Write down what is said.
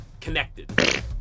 connected